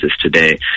today